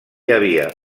havia